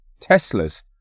Teslas